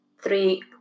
three